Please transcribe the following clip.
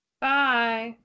bye